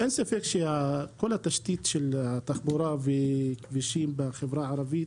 אין ספק שכל התשתית של התחבורה וכבישים בחברה הערבית